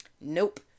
nope